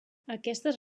aquestes